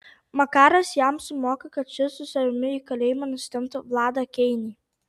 makaras jam sumoka kad šis su savimi į kalėjimą nusitemptų vladą keinį